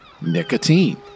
nicotine